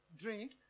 drink